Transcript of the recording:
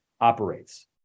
operates